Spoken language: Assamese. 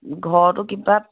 ঘৰতো কিপাত